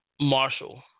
Marshall